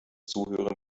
zuhören